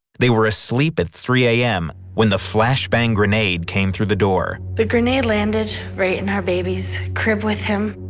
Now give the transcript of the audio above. they were asleep at three am when the flashbang grenade came through the door. the grenade landed right in our baby's crib with him,